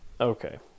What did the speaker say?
Okay